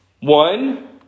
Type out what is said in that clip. One